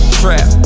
trap